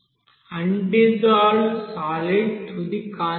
అన్ dissolved solid తుది concentration 10